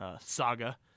saga